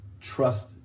trust